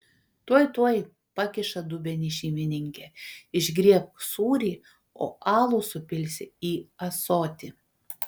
tuoj tuoj pakiša dubenį šeimininkė išgriebk sūrį o alų supilsi į ąsotį